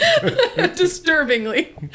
disturbingly